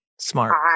Smart